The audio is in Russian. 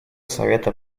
совета